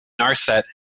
Narset